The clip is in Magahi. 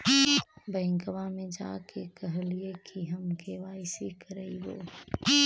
बैंकवा मे जा के कहलिऐ कि हम के.वाई.सी करईवो?